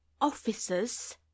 Officers